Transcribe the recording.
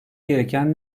gereken